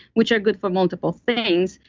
which are good for multiple things.